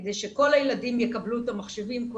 כדי שכל הילדים יקבלו את המחשבים,